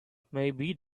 maybe